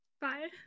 Bye